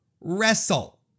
wrestle